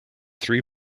three